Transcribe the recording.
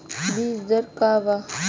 बीज दर का वा?